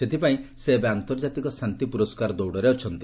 ସେଥିପାଇଁ ସେ ଏବେ ଆର୍ନ୍ଡଜାତିକ ଶାନ୍ତି ପୁରସ୍କାର ଦୌଡରେ ଅଛନ୍ତି